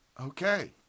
Okay